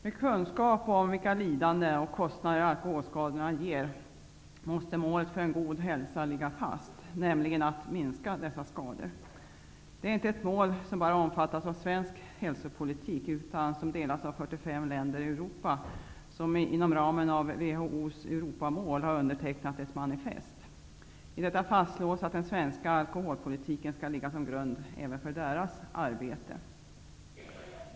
Med kunskap om vilka lidanden och kostnader alkoholskadorna ger måste målet för en god hälsa ligga fast, nämligen att minska dessa skador. Detta är inte ett mål som bara omfattas av svensk hälsopolitik, utan det är ett mål som delas av 45 länder i Europa, vilka inom ramen av WHO:s Europamål har undertecknat ett manifest. I detta manifest fastslås att den svenska alkoholpolitiken skall ligga som grund även för dessa länders arbete.